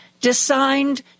designed